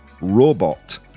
robot